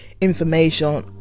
information